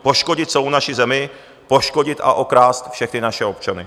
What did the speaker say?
Poškodit celou naši zemi, poškodit a okrást všechny naše občany.